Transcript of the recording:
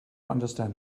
understand